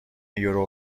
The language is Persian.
یورو